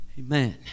Amen